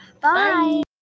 Bye